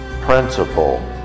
principle